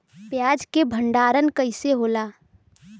प्याज के भंडारन कइसे होला?